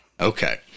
Okay